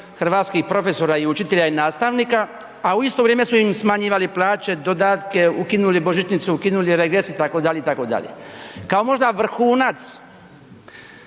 hrvatskih profesora, učitelja i nastavnika, a u isto vrijeme su im smanjivali plaće, dodatke, ukinuli božićnicu, ukinuli regres itd., itd. Kao možda vrhunac